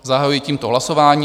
Zahajuji tímto hlasování.